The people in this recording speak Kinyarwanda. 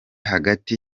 hagati